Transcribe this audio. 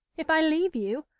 if i leave you,